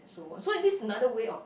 so so this is another way of